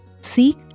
seek